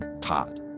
Todd